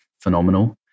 phenomenal